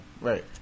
Right